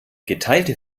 geteilte